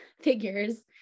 figures